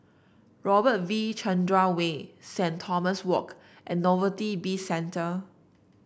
Robert V Chandran Way Saint Thomas Walk and Novelty Bizcentre